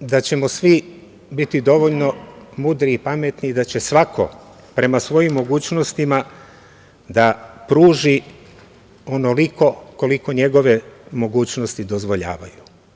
se da ćemo svi biti dovoljno mudri i pametni i da će svako prema svojim mogućnostima da pruži onoliko koliko njegove mogućnosti dozvoljavaju.